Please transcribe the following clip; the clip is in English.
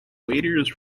waiters